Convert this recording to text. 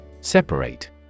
Separate